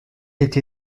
été